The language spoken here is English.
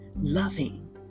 loving